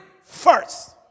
first